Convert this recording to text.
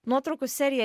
nuotraukų serija